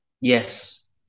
Yes